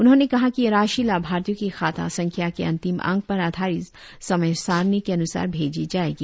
उन्होंने कहा कि यह राशि लाभार्थियों की खाता संख्या के अंतिम अंक पर आधारित समय सारणी के अन्सार भेजी जाएगी